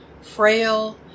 frail